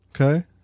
Okay